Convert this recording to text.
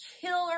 killer